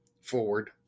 forward